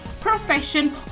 profession